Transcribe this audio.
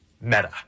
Meta